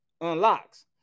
unlocks